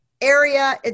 area